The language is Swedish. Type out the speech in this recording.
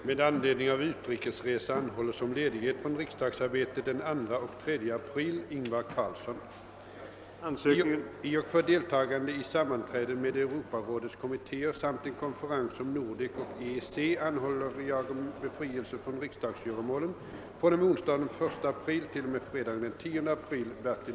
Herr talman! Jag ber att få yrka bifall till utskottets hemställan. I och för deltagande i sammanträden med Europarådets kommittéer samt en konferens om Nordek och EEC anhåller jag om befrielse från riksdagsgöromålen fr.o.m. onsdagen den 1 april t.o.m. fredagen den 10 april.